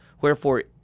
Wherefore